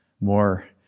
More